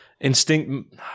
instinct